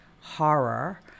horror